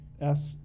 ask